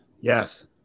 Yes